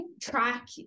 track